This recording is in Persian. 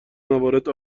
موارد